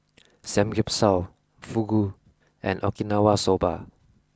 Samgeyopsal Fugu and Okinawa Soba